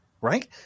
Right